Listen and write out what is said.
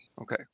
Okay